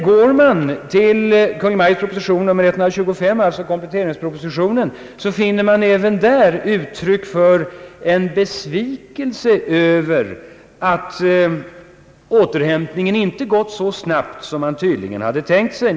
Går man till Kungl. Maj:ts proposition nr 125, alltså kompletteringspropositionen, finner man även där uttryck för en besvikelse över att återhämtningen inte har gått så snabbt som man tydligen hade tänkt sig.